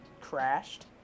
crashed